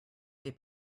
they